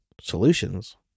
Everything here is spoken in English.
solutions